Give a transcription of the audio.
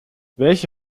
welche